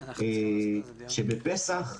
שבפסח,